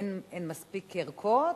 אין מספיק ערכות,